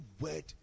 word